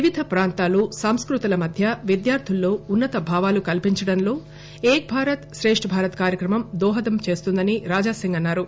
వివిధ ప్రాంతాలు సంస్కృతుల పట్ల విద్యార్దుల్లో ఉన్నత భావాలు కల్పించడంలో ఏక్ భారత్ శ్రేష్ట్ భారత్ కార్యక్రమం దోహదం చేస్తుందని రాజాసింగ్ అన్నారు